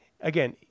again